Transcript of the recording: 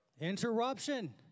Interruption